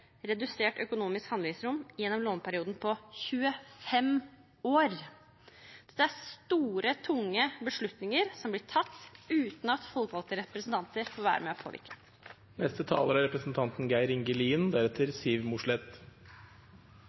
redusert økonomisk handlingsrom gjennom låneperioden på 25 år. Dette er store, tunge beslutninger som blir tatt uten at folkevalgte representanter får være med og påvirke. Eg vil ta ordet litt frå der eg slapp det i stad. Det er